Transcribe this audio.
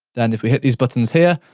then, if we hit these buttons here,